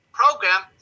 program